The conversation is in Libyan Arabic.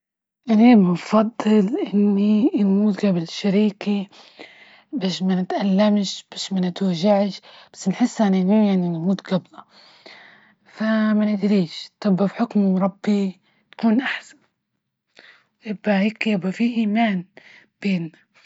أنا بفضل إني الموجب الشريكي باش ما نتألمش، باش ما نتوجعش بس نحس أن إيديا نموت قبلنا فما ندريش تبقى في حكم المربي تكون أحلى ويبقى هيك يابا في إيمان بين